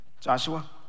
Joshua